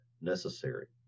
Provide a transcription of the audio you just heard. necessary